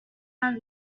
have